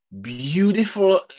beautiful